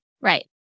Right